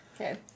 Okay